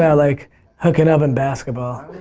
yeah like hooking up and basketball.